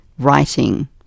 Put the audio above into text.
Writing